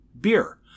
beer